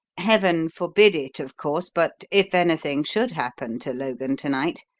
heaven forbid it, of course, but if anything should happen to logan to-night,